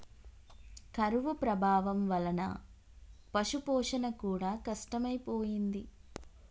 కరువు ప్రభావం వలన పశుపోషణ కూడా కష్టమైపోయింది